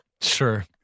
Sure